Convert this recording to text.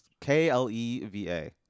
K-L-E-V-A